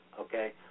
okay